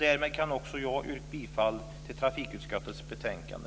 Därmed kan också jag yrka bifall till förslaget i utskottets betänkande.